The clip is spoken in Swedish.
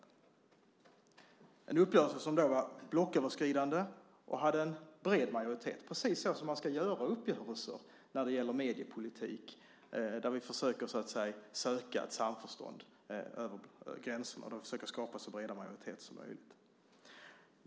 Det var en uppgörelse som var blocköverskridande och hade en bred majoritet, precis så som uppgörelser ska vara när det gäller mediepolitik där vi försöker söka ett samförstånd över gränserna och skapa en så bred majoritet som möjligt.